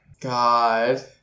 God